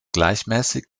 gleichmäßig